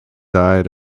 died